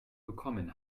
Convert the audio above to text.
bekommen